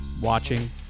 watching